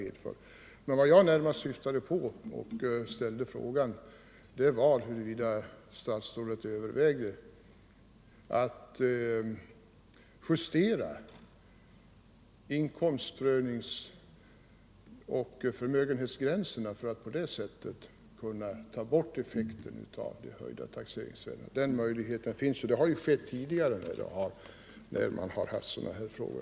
Vad jag emellertid närmast önskade få veta när jag ställde frågan var huruvida statsrådet övervägde att justera inkomstprövningsoch förmögenhetsgränserna för att på det sättet kunna ta bort effekten av de höjda taxeringsvärdena. Den möjligheten finns och har använts tidigare när man haft att behandla sådana här frågor.